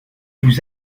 vous